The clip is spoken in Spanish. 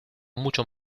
mucho